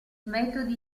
metodi